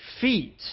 feet